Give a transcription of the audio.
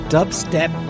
Dubstep